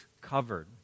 covered